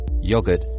yogurt